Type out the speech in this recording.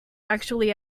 actually